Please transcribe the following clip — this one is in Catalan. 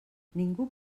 ningú